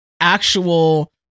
actual